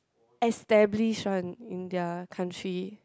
established one in their country